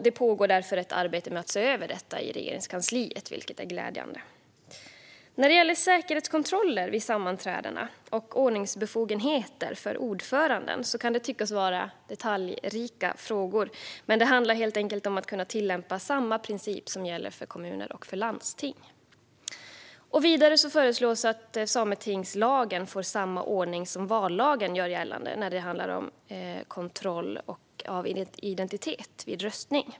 Det pågår därför ett arbete med att se över detta i Regeringskansliet, vilket är glädjande. Säkerhetskontroller vid sammanträdena och ordningsbefogenheter för ordföranden kan tyckas vara detaljrika frågor, men det handlar helt enkelt om att kunna tillämpa samma princip som gäller för kommuner och landsting. Vidare föreslås att sametingslagen får samma ordning som den som framgår av vallagen när det gäller kontroll av identitet vid röstning.